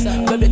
Baby